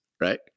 right